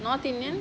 north indian